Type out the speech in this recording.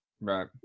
right